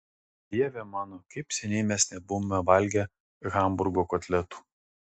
dieve mano kaip seniai mes nebuvome valgę hamburgo kotletų